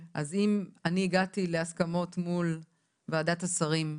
אז אם אני הגעתי להסכמות מול ועדת השרים,